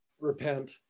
repent